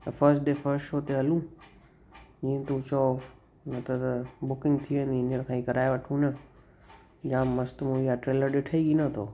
त first day first show ते हलूं जीअं तू चओ न त त बुकिंग थी वेंदी हीअंर खां ई कराए वठूं न जाम मस्तु मूवी आहे ट्रेलर ॾिठईं की न थो